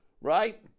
right